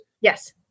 Yes